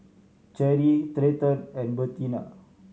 Cherri Treyton and Bertina